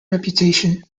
reputation